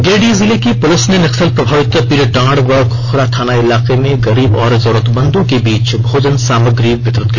गिरिडीह जिले की पूलिस ने नक्सल प्रभावित पीरटांड व खुखरा थाना इलाके में गरीब और जरूरतमंदों के बीँच भोजन सामग्री वितरित किया